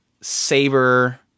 Saber